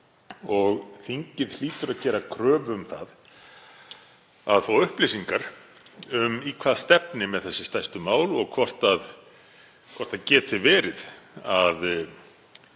Þingið hlýtur að gera kröfu um að fá upplýsingar um í hvað stefni með þessi stærstu mál og hvort það geti verið að